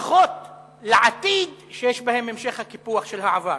השלכות לעתיד שיש בהן המשך הקיפוח של העבר.